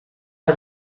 are